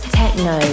techno